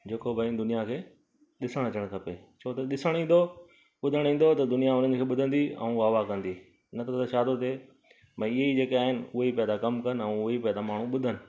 जेको भई दुनिया खे ॾिसणु अचणु खपे छो त ॾिसणु ईंदो ॿुधणु ईंदो त दुनिया हुनखे ॿुधंदी ऐं वाह वाह कंदी न त त छा थो थिए भई हीअं ई जेके आहिनि उहे ई पिया था कमु कनि ऐं उहा ई पिया माण्हू ॿुधनि